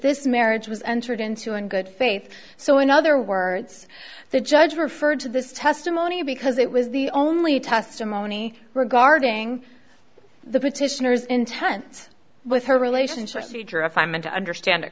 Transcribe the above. this marriage was entered into in good faith so in other words the judge referred to this testimony because it was the only testimony regarding the petitioner's intent with her relationship she drew if i meant to understand it